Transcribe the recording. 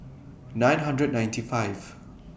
nine hundred ninety five